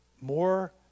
more